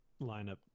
lineup